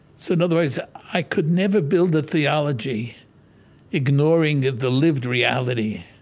so in other words, i could never build the theology ignoring the lived reality.